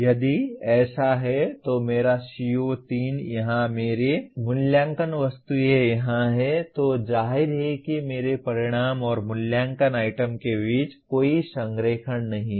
यदि ऐसा है तो मेरा CO3 यहाँ है मेरी मूल्यांकन वस्तुएँ यहाँ हैं तो जाहिर है कि मेरे परिणाम और मूल्यांकन आइटम के बीच कोई संरेखण नहीं है